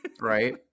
Right